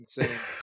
insane